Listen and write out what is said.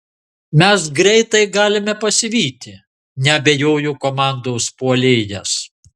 mes greitai galime pasivyti neabejojo komandos puolėjas